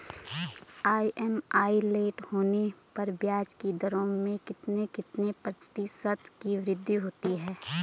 EMI late होने पर ब्याज की दरों में कितने कितने प्रतिशत की वृद्धि होती है?